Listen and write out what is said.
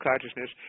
consciousness